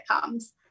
comes